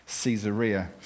Caesarea